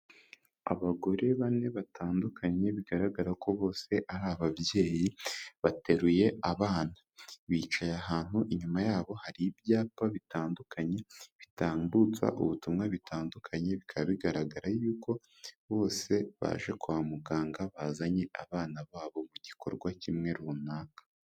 Abagore bane batandukanye, bigaragara ko bose ari ababyeyi, bateruye abana. Bicaye ahantu, inyuma yabo hari ibyapa bitandukanye bitambutsa ubutumwa, bitandukanye bikaba, bigaragara yuko bose baje kwa muganga, bazanye abana babo mu gikorwa kimwe runaka.